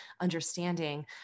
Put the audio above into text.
understanding